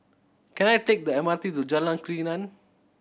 can I take the M R T to Jalan Krian